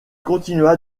continua